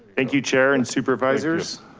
thank you chair and supervisors.